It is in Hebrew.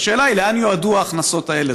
והשאלה היא לאן יועדו ההכנסות האלה.